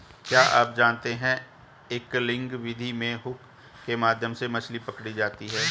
क्या आप जानते है एंगलिंग विधि में हुक के माध्यम से मछली पकड़ी जाती है